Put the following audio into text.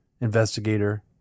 investigator